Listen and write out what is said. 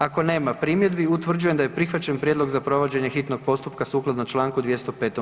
Ako nema primjedbi, utvrđujem da je prihvaćen prijedlog za provođenje hitnog postupka sukladno čl. 205.